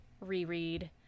reread